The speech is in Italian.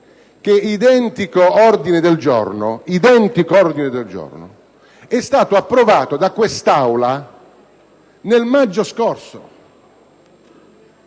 che identico ordine del giorno è stato approvato dall'Assemblea nel maggio scorso.